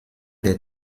des